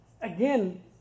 again